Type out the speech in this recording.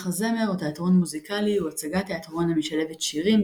מחזמר או תיאטרון מוזיקלי הוא הצגת תיאטרון המשלבת שירים,